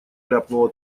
ляпнула